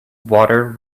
water